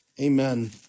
Amen